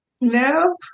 no